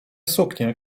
suknię